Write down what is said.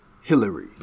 Hillary